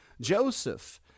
Joseph